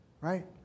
Right